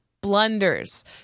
blunders